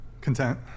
content